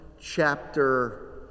chapter